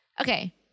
Okay